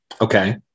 Okay